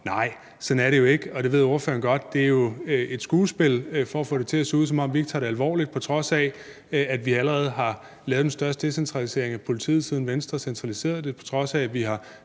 Nej, sådan er det jo ikke, og det ved spørgeren godt. Det er jo et skuespil for at få det til at se ud, som om vi ikke tager det alvorligt, på trods af at vi allerede har lavet den største decentralisering af politiet, siden Venstre centraliserede det; på trods af at vi har